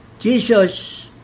Jesus